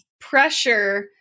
pressure